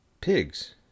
Pigs